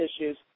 issues